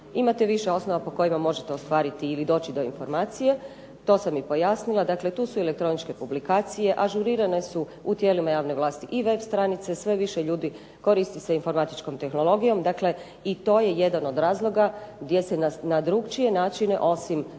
imate više osnova po kojima možete ostvariti ili doći do informacija. To sam i pojasnila. Dakle, tu su elektroničke publikacije, ažurirane su u tijelima javne vlasti i web stranice, sve više ljudi koristi se informatičkom tehnologijom. Dakle, i to je jedan od razloga gdje se na drukčije načine osim